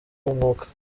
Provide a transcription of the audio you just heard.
bw’umwuka